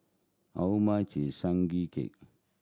how much is Sugee Cake